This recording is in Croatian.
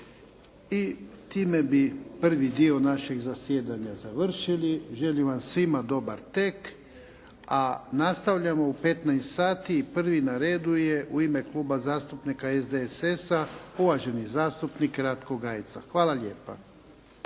I time bi prvi dio našeg zasjedanja završili. Želim vam svima dobar tek, a nastavljamo u 15 sati i prvi na redu je u ime Kluba zastupnika SDSS-a, uvaženi zastupnik Ratko Gajica. Hvala lijepa.